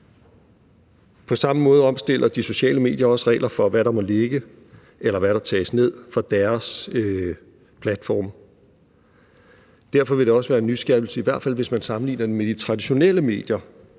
På samme måde opstiller de sociale medier også regler for, hvad der må ligge, eller hvad der tages ned fra deres platforme. Derfor vil det også være en nyskabelse – i hvert fald hvis man sammenligner dem med de traditionelle medier